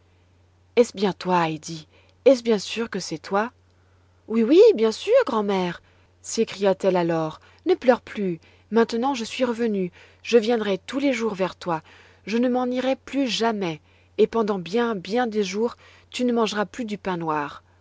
est-ce bien toi heidi est-ce bien sûr que c'est toi oui oui bien sûr grand'mère s'écria-t-elle alors ne pleure plus maintenant je suis revenue je viendrai tous les jours vers toi je ne m'en irai plus jamais et pendant bien bien des jours tu ne mangeras plus du pain noir